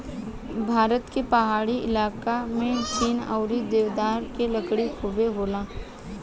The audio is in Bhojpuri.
भारत के पहाड़ी इलाका में चीड़ अउरी देवदार के लकड़ी खुबे होला